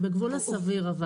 כן.